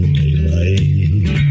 daylight